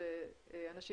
שאנשים